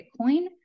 Bitcoin